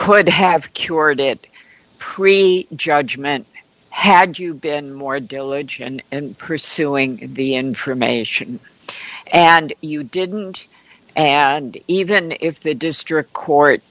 could have cured it pre judgment had you been more diligent and pursuing the interim and you didn't and even if the district court